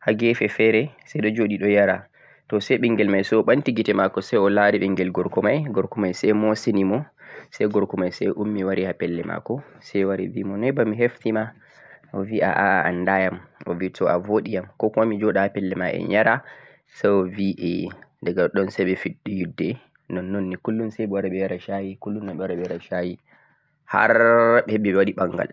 ha ge feere say ɗo jo ɗi ɗo yara, to say ɓinngel may say o ɓanti gite maako say o lari ɓinngel gorko may say gorko may say mo'sini mo, say gorko may say ummi wari ha pelle ma'ko say wari bi mo noy ba mi heftima?, o bi aa a annda yam o bi to a bo'ɗi yam 'ko kuma' mi jo ɗa ha pella ma en yara say o bi a, diga ɗoɗɗon say ɓe fuɗɗi yidde, nonnon ni 'kullum' say ɓe wara ɓe yara shayi 'kullum' ɓe wara ɓe yara shayi har ɓe heɓi ɓe waɗi ɓanngal.